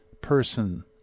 person